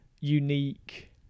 unique